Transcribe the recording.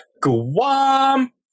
Guam